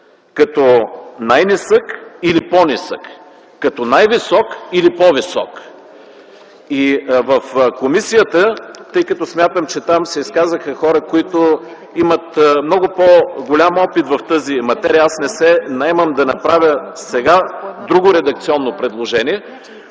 като най-нисък или по-нисък, като най-висок или по-висок. Смятам, че в комисията, се изказаха хора, които имат много по-голям опит в тази материя. Аз не се наемам да направя сега друго редакционно предложение.